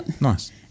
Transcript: Nice